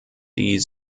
die